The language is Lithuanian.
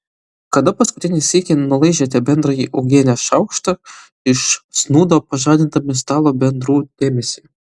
kada paskutinį sykį nulaižėte bendrąjį uogienės šaukštą iš snūdo pažadindami stalo bendrų dėmesį